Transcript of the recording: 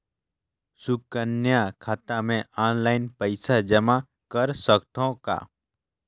सुकन्या खाता मे ऑनलाइन पईसा जमा कर सकथव का?